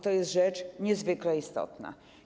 To jest rzecz niezwykle istotna.